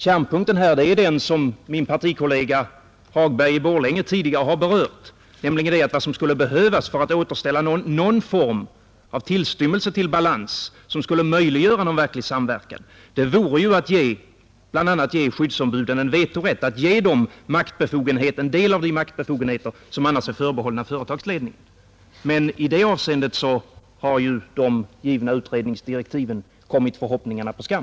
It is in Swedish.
Kärnpunkten är, som min partikollega herr Hagberg från Borlänge tidigare har påpekat, att vad som skulle behövas för att i någon form återställa en tillstymmelse av den balans som skulle möjliggöra en reell samverkan vore att bl.a. ge skyddsombuden vetorätt, ge dem en del av de maktbefogenheter som annars är förbehållna företagsledningen. Men i det avseendet har de givna utredningsdirektiven bringat förhoppningarna på skam.